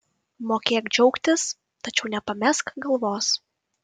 mokėk džiaugtis tačiau nepamesk galvos